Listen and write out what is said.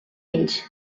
ells